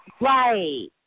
Right